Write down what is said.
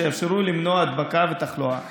שיאפשרו למנוע הדבקה ותחלואה.